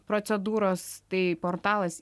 procedūros tai portalas